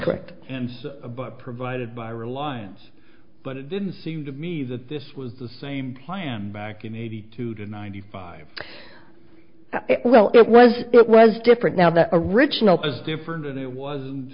correct and provided by reliance but it didn't seem to me that this was the same plan back in eighty two to ninety five well it was it was different now the original post different than